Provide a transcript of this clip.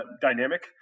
dynamic